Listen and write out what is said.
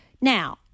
now